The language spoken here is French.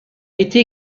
été